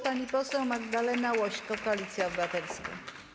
Pani poseł Magdalena Łośko, Koalicja Obywatelska.